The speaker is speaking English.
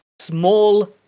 small